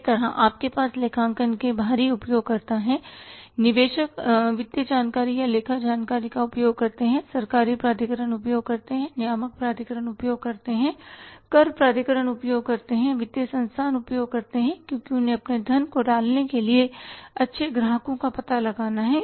इसी तरह आपके पास लेखांकन के बाहरी उपयोगकर्ता हैं निवेशक वित्तीय जानकारी या लेखा जानकारी का उपयोग करते हैं सरकारी प्राधिकरण उपयोग करते हैं नियामक प्राधिकरण उपयोग करते हैं कर प्राधिकरण उपयोग करते हैं वित्तीय संस्थान उपयोग करते हैं क्योंकि उन्हें अपने धन को डालने की लिए अच्छे ग्राहकों का पता लगाना है